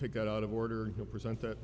to get out of order to present that